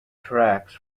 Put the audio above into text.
tracks